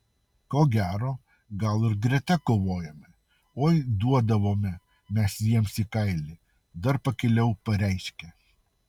ko gero gal ir greta kovojome oi duodavome mes jiems į kailį dar pakiliau pareiškė